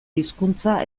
hizkuntza